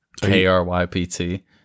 K-R-Y-P-T